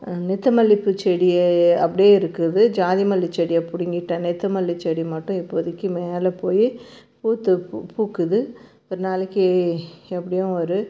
நித்தமல்லிப்பூ செடியை அப்டியே இருக்குது ஜாதி மல்லி செடியை பிடிங்கிட்டேன் நித்தமல்லி செடி மட்டும் இப்போதிக்கு மேலே போய் பூத்து பூ பூக்குது ஒரு நாளைக்கு எப்படியும் ஒரு